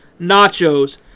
nachos